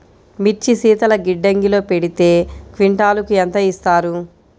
మిర్చి శీతల గిడ్డంగిలో పెడితే క్వింటాలుకు ఎంత ఇస్తారు?